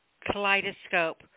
kaleidoscope